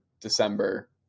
December